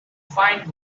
find